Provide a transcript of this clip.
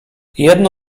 jedno